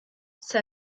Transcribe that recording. ça